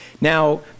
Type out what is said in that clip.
Now